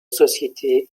société